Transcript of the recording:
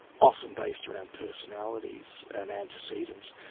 often based around personalities, and antecedents,